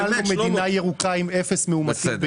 אנחנו לא קיבלנו מדינה ירוקה עם אפס מאומתים.